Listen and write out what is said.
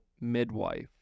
midwife